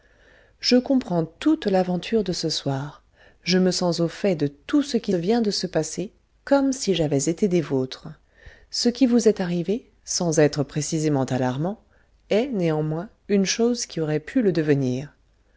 je comprends toute l'aventure de ce soir je me sens au fait de tout ce qui vient de se passer comme si j'avais été des vôtres ce qui vous est arrivé sans être précisément alarmant est néanmoins une chose qui aurait pu le devenir